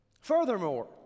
Furthermore